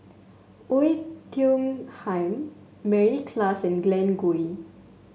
Oei Tiong Ham Mary Klass and Glen Goei